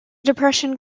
depression